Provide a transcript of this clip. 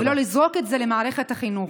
ולא לזרוק את זה למערכת החינוך.